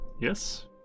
Yes